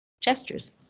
gestures